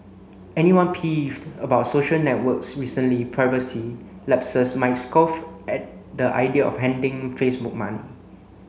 anyone peeved about social network's recently privacy lapses might scoff at the idea of handing Facebook money